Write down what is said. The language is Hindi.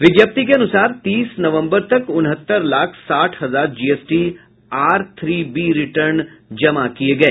विज्ञप्ति के अनुसार तीस नवंबर तक उनहत्तर लाख साठ हजार जीएसटी आर उबी रिटर्न जमा किए गए